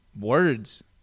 words